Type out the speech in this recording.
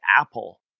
Apple